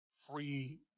free